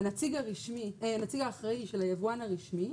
לנציג האחראי של היבואן הרשמי,